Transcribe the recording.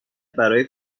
برای